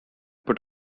put